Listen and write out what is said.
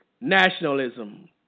nationalism